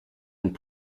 und